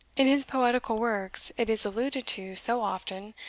in his poetical works, it is alluded to so often,